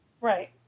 right